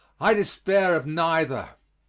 i despair of neither.